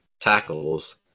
tackles